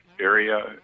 area